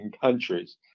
countries